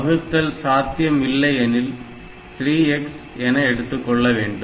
வகுத்தல் சாத்தியம் இல்லையெனில் 3X என எடுத்துக்கொள்ள வேண்டும்